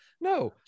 no